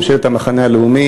ממשלת המחנה הלאומי,